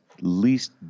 least